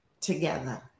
together